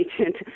agent